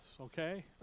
okay